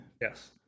Yes